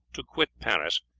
to quit paris,